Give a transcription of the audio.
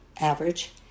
average